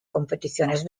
competiciones